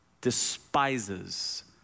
despises